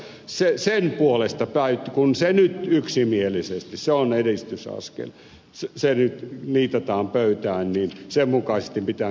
kun se on sen puolesta tai kun nyt yksimielisesti se on edistysaskel niitataan pöytään sen mukaisesti pitää sitten myöskin toimia